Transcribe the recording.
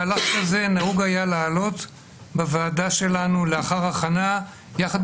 מהלך כזה נהוג היה להעלות בוועדה שלנו לאחר הכנה יחד